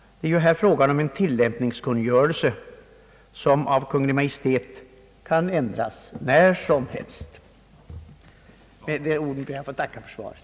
Det är här fråga om en tillämpningskungörelse som av Kungl. Maj:t kan ändras när som helst. Med de orden ber jag att få tacka för svaret.